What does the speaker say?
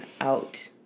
out